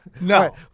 No